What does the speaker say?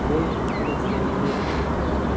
मैं अपने जीवन में एक बार